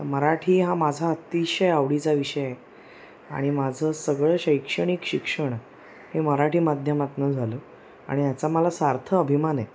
तर मराठी हा माझा अतिशय आवडीचा विषय आणि माझं सगळं शैक्षणिक शिक्षण हे मराठी माध्यमातून झालं आणि याचा मला सार्थ अभिमान आहे